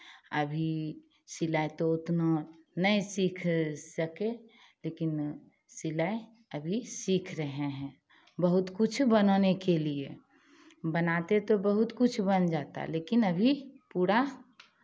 अभी सिलाई तो उतना नहीं सीख सके लेकिन सिलाई अभी सीख रहे हैं बहुत कुछ बनाने के लिए बनाते तो बहुत कुछ बन जाता लेकिन अभी पूरा